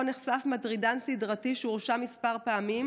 נחשף מטרידן סדרתי שהורשע כמה פעמים,